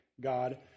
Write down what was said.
God